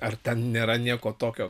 ar ten nėra nieko tokio